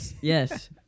Yes